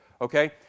Okay